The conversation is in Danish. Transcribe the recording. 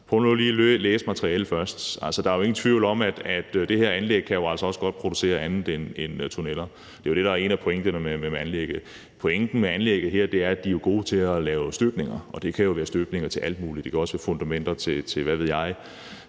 prøv nu lige at læse materialet først. Der er jo ingen tvivl om, at det her anlæg altså også godt kan producere andet end tunneller. Det er jo en af pointerne med anlægget. Pointen med anlægget her er, at de er gode til at lave støbninger, og det kan være støbninger til alt muligt. Det kan også være fundamenter til hvad ved jeg